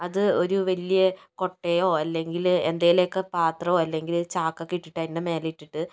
അത് ഒരു വലിയ കൊട്ടയോ അല്ലെങ്കിൽ എന്തെങ്കിലുമൊക്കെ പാത്രമോ അല്ലെങ്കിൽ ചാക്കൊക്കെ ഇട്ടിട്ട് അതിൻ്റെ മേലെ ഇട്ടിട്ട്